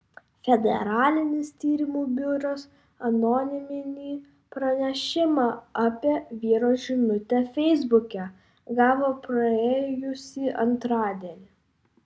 federalinis tyrimų biuras anoniminį pranešimą apie vyro žinutę feisbuke gavo praėjusį antradienį